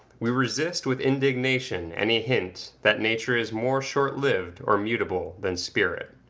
we resist with indignation any hint that nature is more short-lived or mutable than spirit.